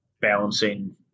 balancing